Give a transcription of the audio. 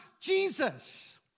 Jesus